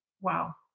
Wow